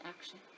action